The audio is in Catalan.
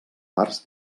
parts